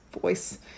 voice